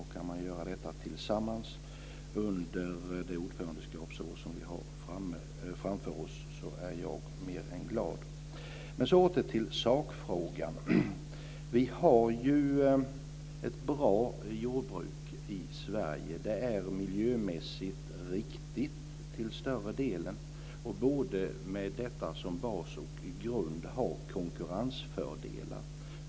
Om det går att göra under det ordförandeskapsår vi har framför oss blir jag mer än glad. Så går jag åter till sakfrågan. Vi har ju ett bra jordbruk i Sverige. Det är till större delen miljömässigt riktigt och borde med detta som grund ha konkurrensfördelar.